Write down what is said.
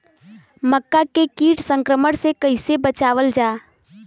मक्का के कीट संक्रमण से कइसे बचावल जा?